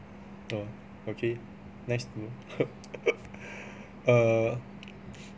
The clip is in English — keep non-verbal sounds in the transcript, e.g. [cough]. oh okay next [laughs] err